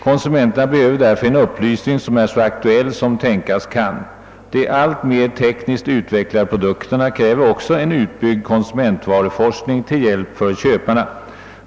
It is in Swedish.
Konsumenterna behöver därför en upplysning som är så aktuell som tänkas kan. De alltmer tek niskt utvecklade produkterna kräver också en utbyggd konsumentvaruforskning till hjälp för köparna.